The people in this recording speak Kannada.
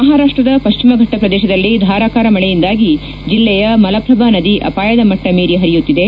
ಮಹಾರಾಷ್ಟದ ಪಶ್ಚಿಮ ಫೆಟ್ಟ ಪ್ರದೇಶದಲ್ಲಿ ಧಾರಾಕಾರ ಮಳೆಯಿಂದಾಗಿ ಜಿಲ್ಲೆಯ ಮಲಪ್ರಭಾ ನದಿ ಅಪಾಯದ ಮಟ್ಟ ಮೀರಿ ಪರಿಯುತ್ತಿದೆ